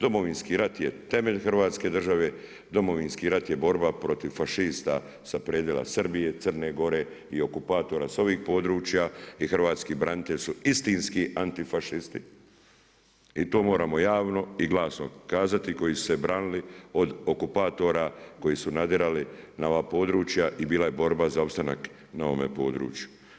Domovinski rat je temelj hrvatske države, Domovinski rat je borba protiv fašista sa predjela Srbije, Crne Gore i okupatora sa ovih područja i hrvatski branitelji su istinski antifašisti i to moramo javno i glasno kazati koji su se branili od okupatora koji su nadirali na ova područja i bila je borba za opstanak na ovome području.